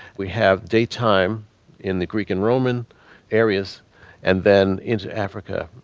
we have daytime in the greek and roman areas and then into africa.